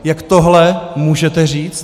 Jak tohle můžete říci?